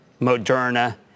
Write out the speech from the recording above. Moderna